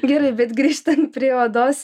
gerai bet grįžtant prie odos